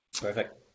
Perfect